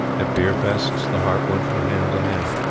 at beer-feasts the harp went from hand to hand.